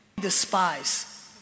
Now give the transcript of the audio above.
despise